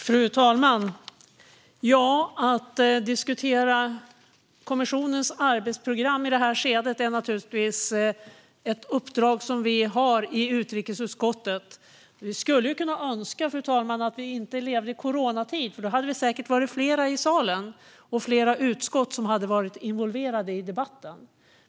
Fru talman! Att diskutera kommissionens arbetsprogram i detta skede är naturligtvis ett uppdrag som vi i utrikesutskottet har. Vi skulle kunna önska, fru talman, att vi inte levde i coronatid, för då hade det säkert varit fler i salen och flera utskott som hade varit involverade i debatten.